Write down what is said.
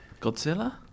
Godzilla